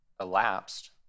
elapsed